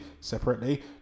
separately